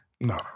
No